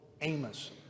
Amos